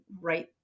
right